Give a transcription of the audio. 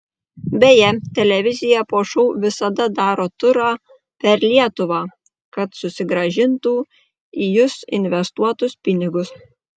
beje televizija po šou visada daro turą per lietuvą kad susigrąžintų į jus investuotus pinigus